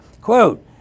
Quote